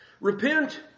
Repent